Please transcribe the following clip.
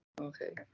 Okay